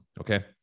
Okay